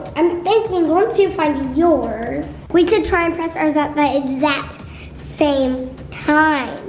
i'm thinking once you find yours, we could try and press ours at the exact same time.